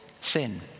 sin